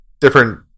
different